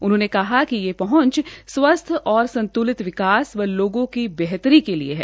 उन्होंने कहा कि ये पहंच स्वस्थ और संतुलित विकास व लोगो की बेहतरी के लिए है